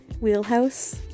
wheelhouse